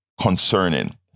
concerning